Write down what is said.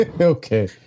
okay